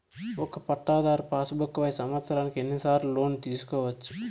ఒక పట్టాధారు pass book పై సంవత్సరానికి ఎన్ని సార్లు లోను తీసుకోవచ్చు?